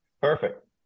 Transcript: Perfect